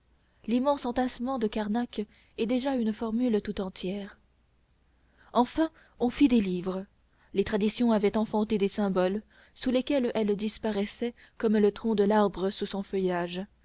l'immense entassement de karnac est déjà une formule tout entière enfin on fit des livres les traditions avaient enfanté des symboles sous lesquels elles disparaissaient comme le tronc de l'arbre sous son feuillage